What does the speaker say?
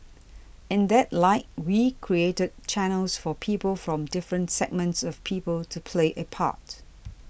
in that light we created channels for people from different segments of people to play a part